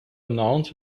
announce